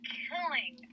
killing